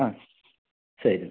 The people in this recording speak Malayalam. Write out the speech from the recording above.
ആ ശരി എന്നാൽ